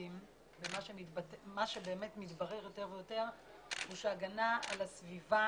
היבטים ומה שמתברר יותר ויותר הוא שהגנה על הסביבה